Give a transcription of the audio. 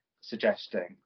suggesting